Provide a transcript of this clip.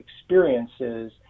experiences